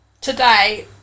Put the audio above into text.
today